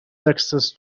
texas